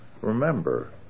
Remember